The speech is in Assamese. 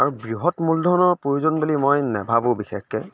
আৰু বৃহৎ মূলধনৰ প্ৰয়োজন বুলি মই নাভাবোঁ বিশেষকৈ